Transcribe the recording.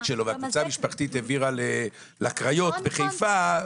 שלו והקבוצה המשפחתית העבירה לקריות בחיפה,